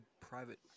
private